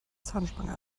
zahnspange